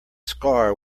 scar